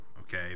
okay